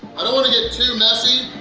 i don't want to get too messy,